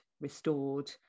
restored